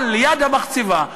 אבל ליד המחצבה,